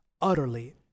utterly